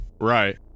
Right